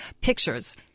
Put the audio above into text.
Pictures